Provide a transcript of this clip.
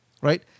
right